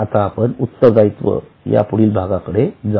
आता आपण उत्तरदायित्व यापुढील भागाकडे जाऊ